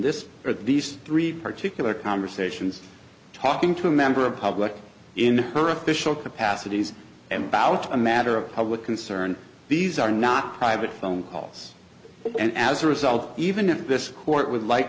this or these three particular conversations talking to a member of the public in her official capacities and about a matter of public concern these are not private phone calls and as a result even in this court would like